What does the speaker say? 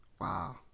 Wow